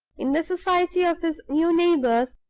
in the society of his new neighbors,